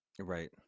Right